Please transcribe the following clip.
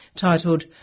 titled